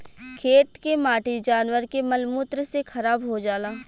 खेत के माटी जानवर के मल मूत्र से खराब हो जाला